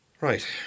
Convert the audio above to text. Right